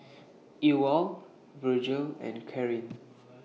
Ewald Virgle and Karyn